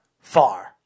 far